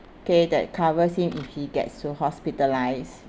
okay that covers him if he gets to hospitalised